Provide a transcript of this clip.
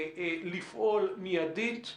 לפעול מיידית.